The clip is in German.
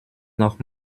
noch